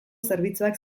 zerbitzuak